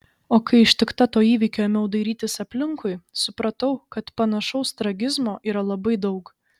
o kai ištikta to įvykio ėmiau dairytis aplinkui supratau kad panašaus tragizmo yra labai daug